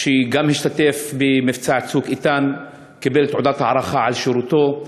שגם השתתף במבצע "צוק איתן" וקיבל תעודת הערכה על שירותו.